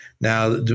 Now